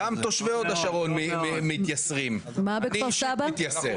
גם תושבי הוד השרון מתייסרים, אני אישית מתייסר.